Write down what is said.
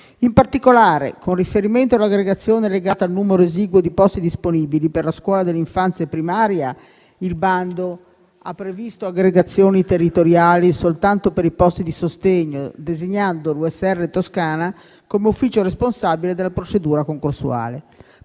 In particolare, con riferimento all'aggregazione legata al numero esiguo di posti disponibili per la scuola dell'infanzia e primaria, il bando ha previsto aggregazioni territoriali soltanto per i posti di sostegno, designando l'USR Toscana come ufficio responsabile della procedura concorsuale.